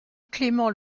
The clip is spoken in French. clément